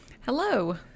Hello